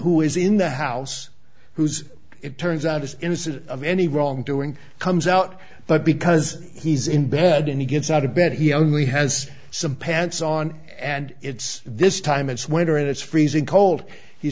who is in the house who's it turns out is innocent of any wrongdoing comes out but because he's in bed and he gets out of bed he only has some pants on and it's this time it's winter and it's freezing cold he